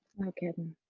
no kidding.